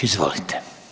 Izvolite.